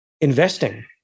Investing